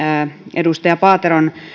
edustaja paateron